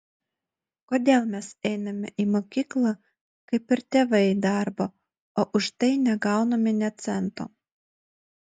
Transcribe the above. kodėl mes einame į mokyklą kaip ir tėvai į darbą o už tai negauname nė cento